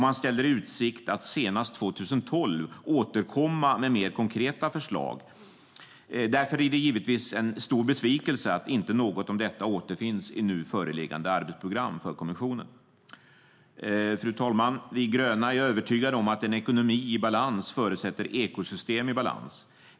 Man ställer i utsikt att senast 2012 återkomma med mer konkreta förslag. Därför är det givetvis en stor besvikelse att inte något om detta återfinns i nu föreliggande arbetsprogram för kommissionen. Fru talman! Vi gröna är övertygade om att en ekonomi i balans förutsätter ekosystem i balans.